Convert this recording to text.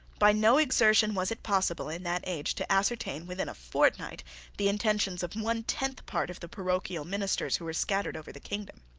by no exertion was it possible in that age to ascertain within a fortnight the intentions of one tenth part of the parochial ministers who were scattered over the kingdom.